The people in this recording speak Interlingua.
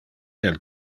del